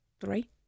three